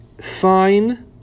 fine